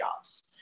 jobs